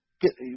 get